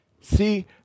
See